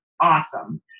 awesome